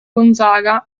gonzaga